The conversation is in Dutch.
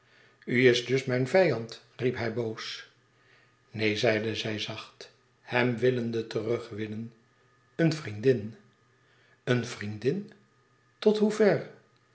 dus mijn vijand riep hij boos neen zeide zij zacht hem willende terugwinnen een vriendin een vriendin tot hoever